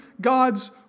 God's